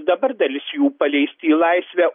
dabar dalis jų paleisti į laisvę